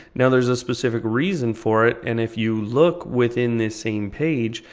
now there's a specific reason for it and if you look within this same page,